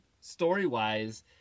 story-wise